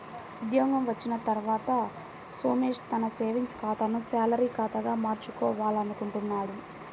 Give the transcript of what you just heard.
ఉద్యోగం వచ్చిన తర్వాత సోమేష్ తన సేవింగ్స్ ఖాతాను శాలరీ ఖాతాగా మార్చుకోవాలనుకుంటున్నాడు